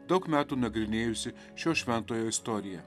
daug metų nagrinėjusi šio šventojo istoriją